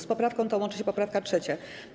Z poprawką tą łączy się poprawka 3.